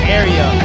area